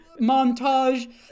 montage